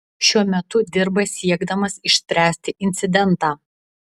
šiuo metu dirba siekdamas išspręsti incidentą